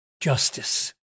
justice